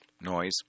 Noise